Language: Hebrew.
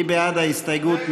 מי בעד ההסתייגות?